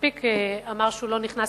מספיק אמר שהוא לא נכנס